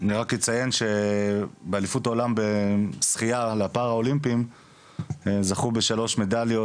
אני רק אציין שבאליפות עולם בשחייה לפרה-אולימפיים זכו בשלוש מדליות,